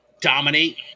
dominate